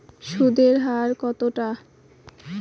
সুদের হার কতটা?